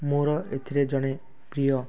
ମୋର ଏଥିରେ ଜଣେ ପ୍ରିୟ